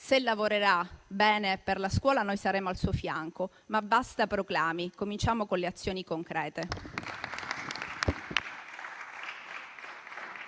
se lavorerà bene per la scuola, noi saremo al suo fianco, ma basta proclami e cominciamo con le azioni concrete.